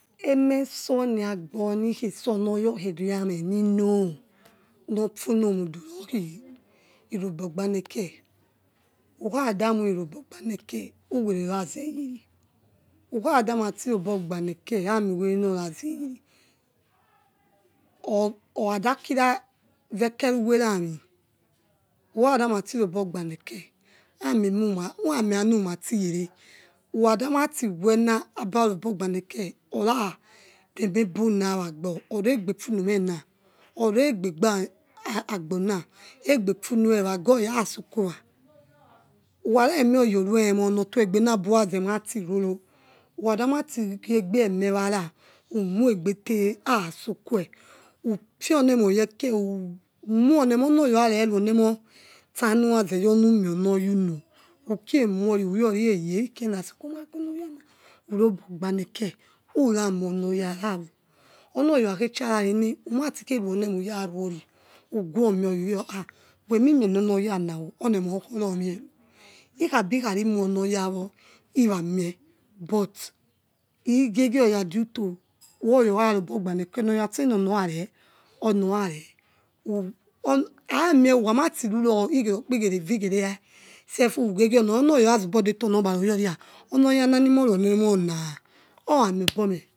Emeso ne wawagbonikheso noroyaria meh ni noh nor funomudu rokhi irogbaneke ukhada wi irobagbaneke uwere orazeyere ukhada rati robogbani eke amuwere nor razeyere okhada kira we keruwere ami ukhada rati robogbani eke amemu aminuma tiyere ukhada rati wena abarobo gba neke orareme bu na wagbor oregbepunu mena oregbebigbona egbe funue wera goya asokowa ukheremi oya oruemoh nor tuegbe na bura zematiroro ukhada matigiebie meh wara umoiegbete aso kue ufione mo yeke umoionemo onoya okherenu onemoh sta nurazeyonu mionoy aeuno uyori eye ikerenasoki menasonoya na urogbo gbane ke ura moinoyawo oni oya okha khacharare ne uraruneme uraruori ha wemi minionor yana o onemoh okho romero khari wonoyawo i ramie but igisi ya due to oyakha robogban eke nor oya ste nor ona arare ono rareh who or wramati ru ro igerokp igereda igere era selfu ono oyaorazobo debo nogba ra onoyi nimoru ore oniemona orami obome.